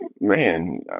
man